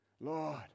Lord